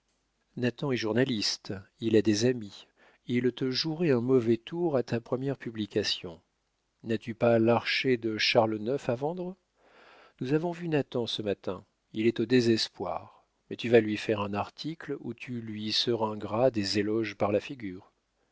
nathan est journaliste il a des amis il te jouerait un mauvais tour à ta première publication n'as-tu pas l'archer de charles ix à vendre nous avons vu nathan ce matin il est au désespoir mais tu vas lui faire un article où tu lui seringueras des éloges par la figure